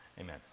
amen